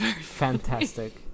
fantastic